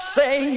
say